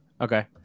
okay